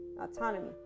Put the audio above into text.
autonomy